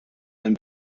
allem